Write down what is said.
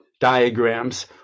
diagrams